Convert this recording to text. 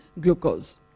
glucose